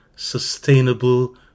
sustainable